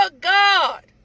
God